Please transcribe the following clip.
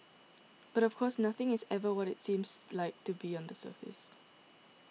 but of course nothing is ever what it seems like to be on the surface